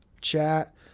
chat